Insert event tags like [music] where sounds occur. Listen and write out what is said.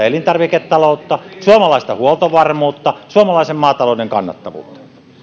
[unintelligible] elintarviketaloutta suomalaista huoltovarmuutta suomalaisen maatalouden kannattavuutta